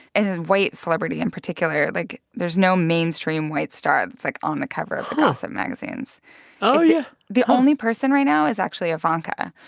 and white celebrity in particular, like, there's no mainstream white star that's, like, on the cover of the gossip magazines oh, yeah the only person right now is actually ivanka.